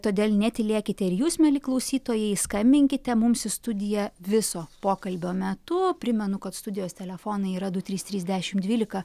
todėl netylėkite ir jūs mieli klausytojai skambinkite mums į studiją viso pokalbio metu primenu kad studijos telefonai yra du trys trys dešimt dvylika